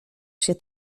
się